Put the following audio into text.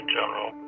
General